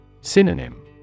Synonym